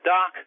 Doc